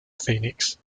phoenix